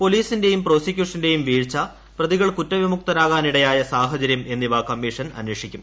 പോലീസിന്റെയും പ്രോസീക്യൂഷന്റെയും വീഴ്ച പ്രതികൾ കുറ്റവിമുക്തരാകാനിടയായ സാഹച്ചിര്യർ ്എന്നിവ കമ്മീഷൻ അന്വേഷിക്കും